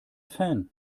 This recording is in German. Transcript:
fan